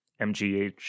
MGH